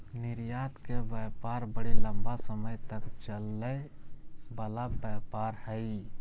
निर्यात के व्यापार बड़ी लम्बा समय तक चलय वला व्यापार हइ